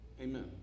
amen